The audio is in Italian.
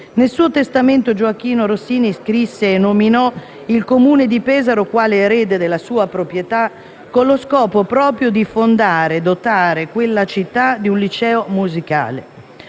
Nel suo testamento Gioachino Rossini nominò il Comune di Pesaro quale erede della sua proprietà, con lo scopo proprio di fondare e dotare quella città di un liceo musicale.